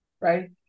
right